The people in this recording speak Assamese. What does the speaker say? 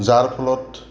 যাৰ ফলত